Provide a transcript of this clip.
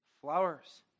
flowers